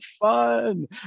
fun